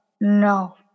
no